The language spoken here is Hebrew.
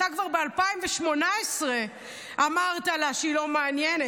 אתה כבר ב-2018 אמרת לה שהיא לא מעניינת.